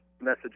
message